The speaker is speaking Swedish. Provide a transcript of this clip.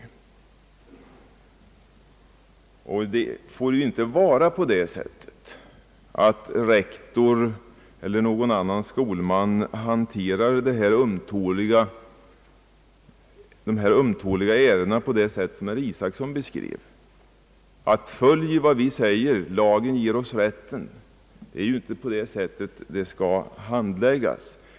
Det får inte vara på det sättet att rektor eller någon annan skolman handlägger dessa ömtåliga ärenden på det sätt som herr Isacson beskrev, nämligen att man sade: »Följ vad vi säger, lagen ger oss rätt!« Det är inte på det sättet som dessa ärenden skall handläggas.